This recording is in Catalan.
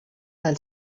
del